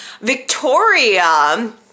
Victoria